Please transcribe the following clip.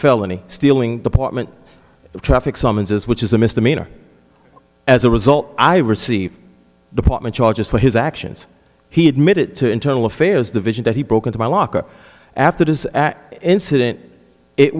felony stealing department traffic summonses which is a misdemeanor as a result i receive department charges for his actions he admitted to internal affairs division that he broke into my locker after his incident it